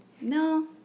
no